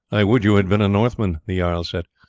i would you had been a northman, the jarl said,